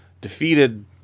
defeated